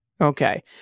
Okay